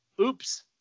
Oops